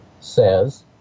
says